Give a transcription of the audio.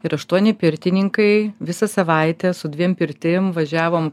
ir aštuoni pirtininkai visą savaitę su dviem pirtim važiavom